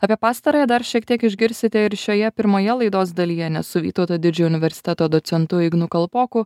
apie pastarąją dar šiek tiek išgirsite ir šioje pirmoje laidos dalyje nes su vytauto didžiojo universiteto docentu ignu kalpoku